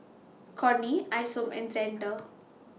Corrine Isom and Xander